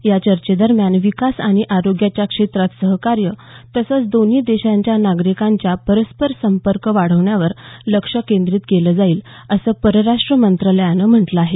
या चर्चेदरम्यान विकास आणि आरोग्याच्या क्षेत्रात सहकार्य तसंच दोन्ही देशांच्या नागरिकांच्या परस्पर संपर्क वाढविण्यावर लक्ष केंद्रित केलं जाईल असं परराष्ट मंत्रालयानं म्हटलं आहे